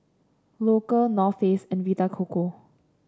Loacker North Face and Vita Coco